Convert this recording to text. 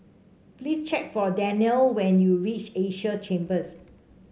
please check for Danyel when you reach Asia Chambers